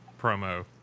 promo